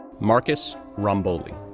marcus romboli,